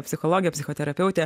psichologė psichoterapeutė